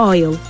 Oil